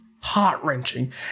heart-wrenching